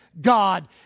God